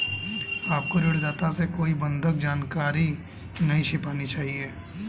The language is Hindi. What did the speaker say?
आपको ऋणदाता से कोई बंधक जानकारी नहीं छिपानी चाहिए